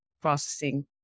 processing